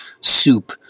soup